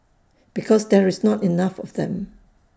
because there's not enough of them